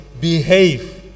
behave